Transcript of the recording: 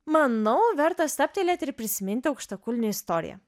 manau verta stabtelėti ir prisiminti aukštakulnių istoriją